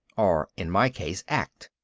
or in my case act.